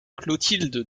clotilde